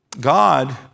God